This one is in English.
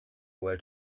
well